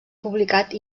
publicat